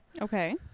Okay